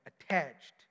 attached